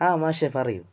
ആ മാഷെ പറയു